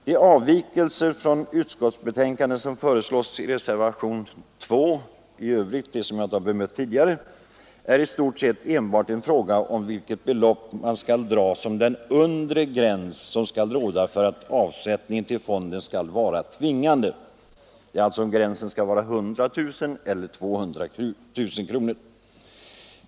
De avvikelser från utskottsbetänkandet som i övrigt föreslås i reservationen 2 och som jag inte bemött tidigare är i stort sett enbart en fråga om vid vilket belopp man skall dra den undre gräns som skall råda för att avsättning till fonden skall vara tvingande. Det gäller alltså om gränsen skall dras vid 100 000 eller 200 000 kronor.